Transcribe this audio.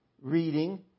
reading